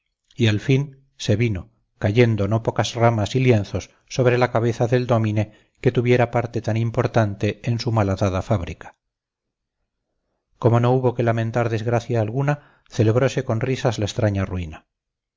y al fin se vino cayendo no pocas ramas y lienzos sobre la cabeza del dómine que tuviera parte tan importante en su malhadada fábrica como no hubo que lamentar desgracia alguna celebrose con risas la extraña ruina